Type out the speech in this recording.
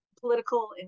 political